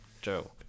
Joe